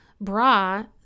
bra